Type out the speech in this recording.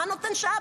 מה נותן שעה?